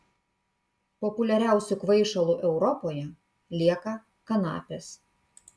populiariausiu kvaišalu europoje lieka kanapės